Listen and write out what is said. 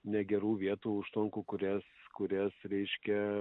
negerų vietų užtvankų kurias kurias reiškia